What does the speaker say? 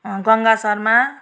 Ganga Sharma